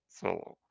Solo